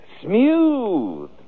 smooth